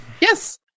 Yes